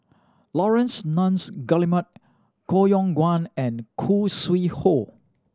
Laurence Nunns Guillemard Koh Yong Guan and Khoo Sui Hoe